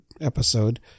episode